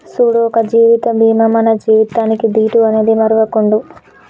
సూడు ఒక జీవిత బీమా మన జీవితానికీ దీటు అని మరువకుండు